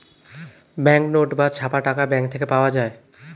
bank note বা ছাপা টাকা ব্যাঙ্ক থেকে পাওয়া যায়